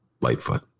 Lightfoot